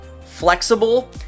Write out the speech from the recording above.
flexible